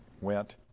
went